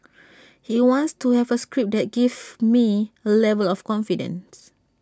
he wants to have A script that gives me A level of confidence